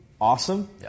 awesome